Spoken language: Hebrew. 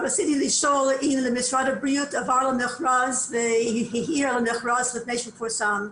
רציתי לשאול אם משרד הבריאות עבר על המכרז לפני שפורסם.